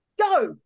go